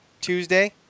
Tuesday